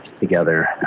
together